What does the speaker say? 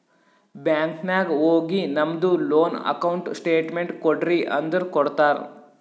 bank ನಾಗ್ ಹೋಗಿ ನಮ್ದು ಲೋನ್ ಅಕೌಂಟ್ ಸ್ಟೇಟ್ಮೆಂಟ್ ಕೋಡ್ರಿ ಅಂದುರ್ ಕೊಡ್ತಾರ್